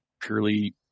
purely